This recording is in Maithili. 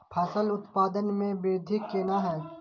फसल उत्पादन में वृद्धि केना हैं?